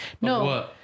No